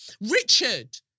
Richard